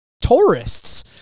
tourists